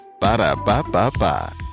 Ba-da-ba-ba-ba